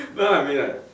well I mean like